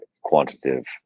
quantitative